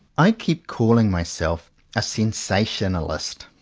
i keep calling myself a sensationalist,